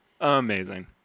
Amazing